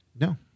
no